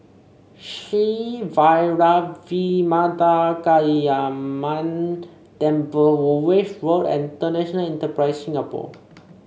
Sri Vairavimada Kaliamman Temple Woolwich Road and International Enterprise Singapore